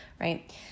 right